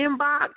inbox